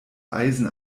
eisen